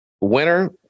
winner